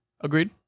Agreed